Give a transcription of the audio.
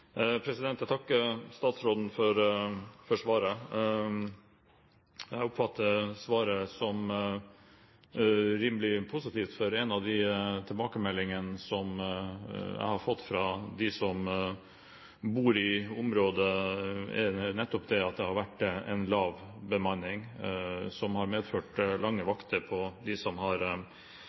en av tilbakemeldingene jeg har fått fra dem som bor i området, er nettopp at det har vært lav bemanning, som har medført lange vakter for dem som har vært på vakt, og som igjen har